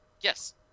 Yes